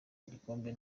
igikombe